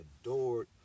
adored